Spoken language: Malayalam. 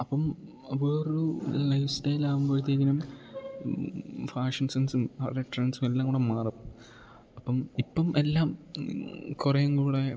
അപ്പം വേറൊരു ലൈഫ് സ്റ്റൈലാവുമ്പഴത്തേക്കിനും ഫാഷൻ സെൻസും അവരുടെ ട്രെൻസും എല്ലാം കൂടെ മാറും അപ്പം ഇപ്പം എല്ലാം കുറെയും കൂടെ